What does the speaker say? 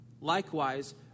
Likewise